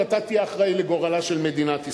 ואתה תהיה אחראי לגורלה של מדינת ישראל.